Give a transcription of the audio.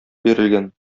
бирелгән